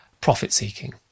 profit-seeking